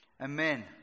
Amen